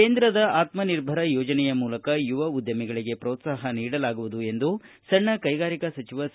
ಕೇಂದ್ರದ ಆತ್ಮ ನಿರ್ಭರ ಯೋಜನೆಯ ಮೂಲಕ ಯುವ ಉದ್ಯಮಿಗಳಿಗೆ ಪ್ರೋತ್ಸಾಹ ನೀಡಲಾಗುವುದು ಎಂದು ವಾರ್ತಾ ಹಾಗೂ ಸಣ್ಣ ಕೈಗಾರಿಕಾ ಸಚಿವ ಸಿ